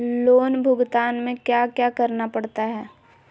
loan भुगतान में क्या क्या करना पड़ता है